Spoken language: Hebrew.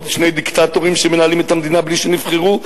עוד שני דיקטטורים שמנהלים את המדינה בלי שנבחרו,